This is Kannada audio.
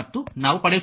ಮತ್ತು ನಾವು ಪಡೆಯುತ್ತೇವೆ